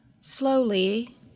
slowly